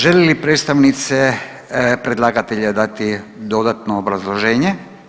Žele li predstavnice predlagatelja dati dodatno obrazloženje?